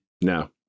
No